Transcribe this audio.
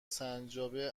سنجابه